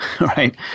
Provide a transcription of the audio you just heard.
right